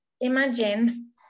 Imagine